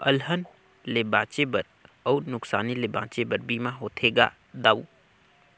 अलहन ले बांचे बर अउ नुकसानी ले बांचे बर बीमा होथे गा दाऊ